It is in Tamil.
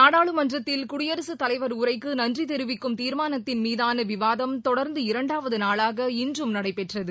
நாடாளுமன்றத்தில் குடியரசுத்தலைவர் உளரக்கு நன்றி தெரிவிக்கும் தீர்மானத்தின் மீதான விவாதம் தொடர்ந்து இரண்டாவது நாளாக இன்றும் நடைபெற்றது